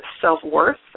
self-worth